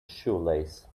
shoelace